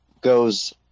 goes